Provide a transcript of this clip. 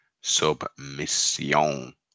submission